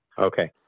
Okay